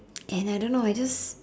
and I don't know I just